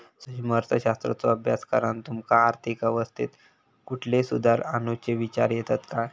सूक्ष्म अर्थशास्त्राचो अभ्यास करान तुमका आर्थिक अवस्थेत कुठले सुधार आणुचे विचार येतत काय?